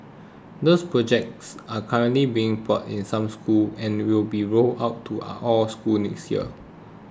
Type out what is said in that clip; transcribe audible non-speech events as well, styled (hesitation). these projects are currently being piloted in some school and will be rolled out to (hesitation) all schools next year